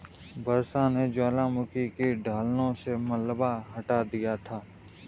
वर्षा ने ज्वालामुखी की ढलानों से मलबा हटा दिया था